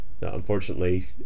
Unfortunately